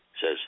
says